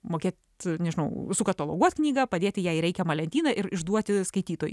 mokėt nežinau sukataloguot knygą padėti ją reikiamą lentyną ir išduoti skaitytojui